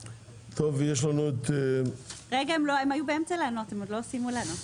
הם עוד לא סיימו לענות.